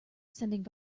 sending